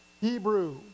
Hebrew